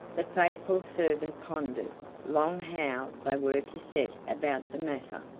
the faithful servant pondered long how they were to set about the matter,